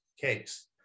case